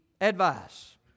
advice